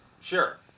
sure